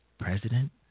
President